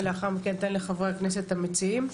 ולאחר מכן אני אתן לחברי הכנסת המציעים.